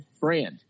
brand